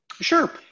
Sure